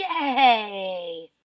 yay